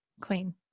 queen